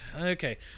okay